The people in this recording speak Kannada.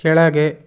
ಕೆಳಗೆ